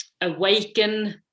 awaken